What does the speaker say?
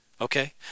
Okay